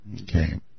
Okay